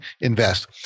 invest